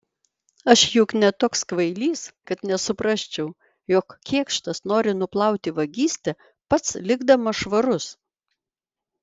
aš juk ne toks kvailys kad nesuprasčiau jog kėkštas nori nuplauti vagystę pats likdamas švarus